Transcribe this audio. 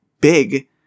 big